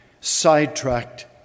sidetracked